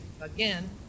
again